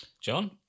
John